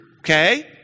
okay